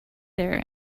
there